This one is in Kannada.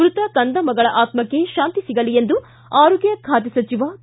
ಮೃತ ಕಂದಮ್ಮಗಳ ಆತ್ಮಕ್ಷೆ ಶಾಂತಿ ಸಿಗಲಿ ಎಂದು ಆರೋಗ್ಯ ಖಾತೆ ಸಚಿವ ಕೆ